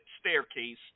staircase